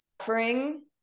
suffering